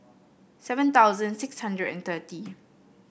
seven thousand six hundred and thirty